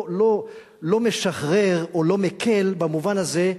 לא משחרר או לא מקל במובן הזה,